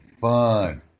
fun